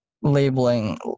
labeling